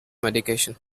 medication